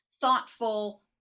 thoughtful